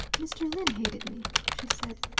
mr. lyne hated me, she said.